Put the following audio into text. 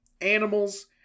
animals